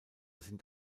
sind